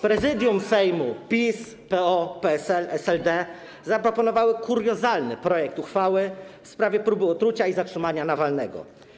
Prezydium Sejmu - PiS, PO, PSL, SLD - zaproponowało kuriozalny projekt uchwały w sprawie próby otrucia i zatrzymania Nawalnego.